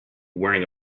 wearing